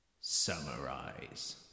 summarize